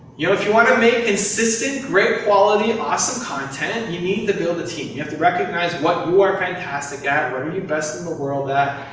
you know, if you want to make consistent, great quality, awesome content, you need to build a team. you have to recognize what you are fantastic at, what are and you best in the world at,